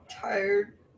Tired